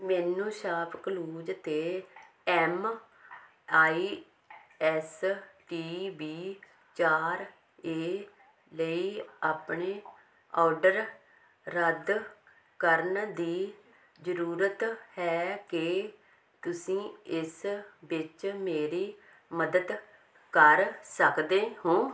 ਮੈਨੂੰ ShopClues 'ਤੇ M I S T V ਚਾਰ ਏ ਲਈ ਆਪਣੇ ਆਰਡਰ ਰੱਦ ਕਰਨ ਦੀ ਜ਼ਰੂਰਤ ਹੈ ਕੀ ਤੁਸੀਂ ਇਸ ਵਿੱਚ ਮੇਰੀ ਮਦਦ ਕਰ ਸਕਦੇ ਹੋ